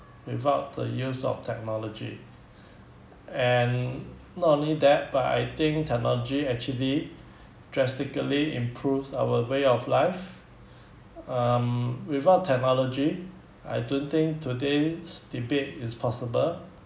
without the use of technology and not only that but I think technology actually drastically improves our way of life um without technology I don't think today's debate is possible